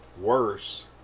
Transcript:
worse